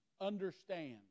understand